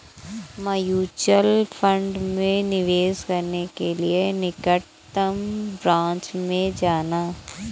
mutual fund में निवेश करने के लिए निकटतम ब्रांच में जाना